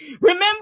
Remember